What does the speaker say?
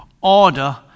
order